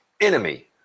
enemy